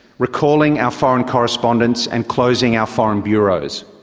recalling our foreign correspondents and closing our foreign bureaus.